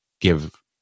give